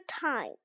time